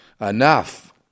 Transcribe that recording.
Enough